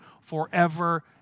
forever